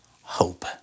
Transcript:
hope